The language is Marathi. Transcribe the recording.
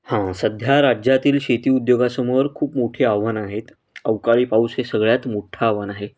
हां सध्या राज्यातील शेती उद्योगासमोर खूप मोठी आव्हानं आहेत अवकाळी पाऊस हे सगळ्यात मोठं आव्हान आहे